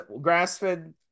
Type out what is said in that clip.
grass-fed